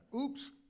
oops